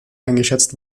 eingeschätzt